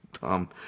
Tom